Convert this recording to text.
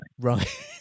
Right